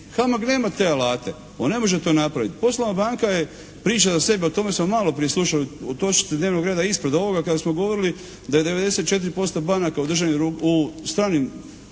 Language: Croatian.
HAMAG nema te alate. On ne može to napraviti. Poslovna banka je priča za sebe. O tome smo maloprije slušali u točci dnevnog reda ispred ovoga, kada smo govorili da je 94% banaka u stranim